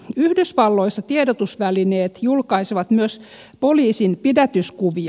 yhdysvalloissa tiedotusvälineet julkaisevat myös poliisin pidätyskuvia